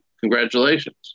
Congratulations